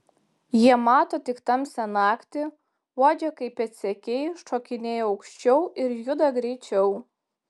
jie mato tik tamsią naktį uodžia kaip pėdsekiai šokinėja aukščiau ir juda greičiau